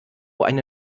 eine